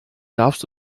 darfst